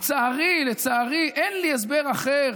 לצערי, לצערי, אין לי הסבר אחר